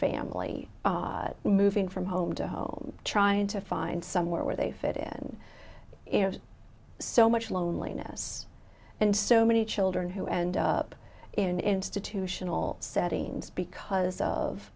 family moving from home to home trying to find somewhere where they fit in so much loneliness and so many children who end up in institutional settings because of